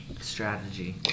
Strategy